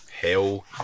Hell